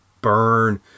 burn